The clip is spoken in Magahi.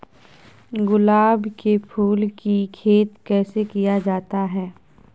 गुलाब के फूल की खेत कैसे किया जाता है?